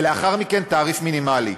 ולאחר מכן תעריף מינימלי.